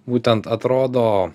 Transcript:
būtent atrodo